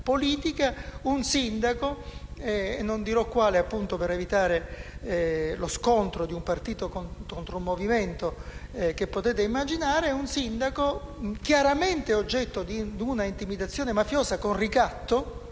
Un sindaco - non dirò quale, per evitare lo scontro di un partito contro un movimento, che potete immaginare - è stato chiaramente oggetto di un'intimidazione mafiosa con ricatto,